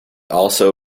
also